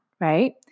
right